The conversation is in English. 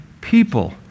people